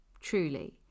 truly